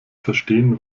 verstehen